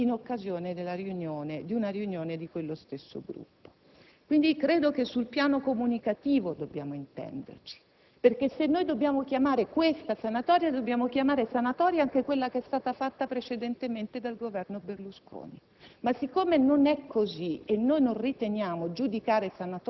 sindacali e da quelle di volontariato in occasione di una riunione di quello stesso gruppo. Quindi, a mio avviso, sul piano comunicativo dobbiamo intenderci, perché se dobbiamo chiamare questa «sanatoria», dobbiamo chiamare «sanatoria» anche quella fatta precedentemente dal Governo Berlusconi.